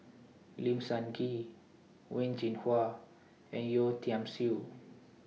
Lim Sun Gee Wen Jinhua and Yeo Tiam Siew